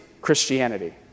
Christianity